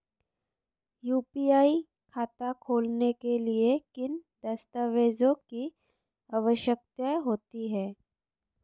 UPI खाता खोलने के लिए किन दस्तावेज़ों की आवश्यकता होती है?